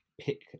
pick